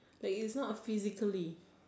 like is not physically